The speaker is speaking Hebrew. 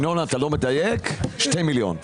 ינון, אתה לא מדייק, שני מיליון.